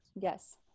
yes